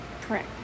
Correct